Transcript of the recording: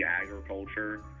agriculture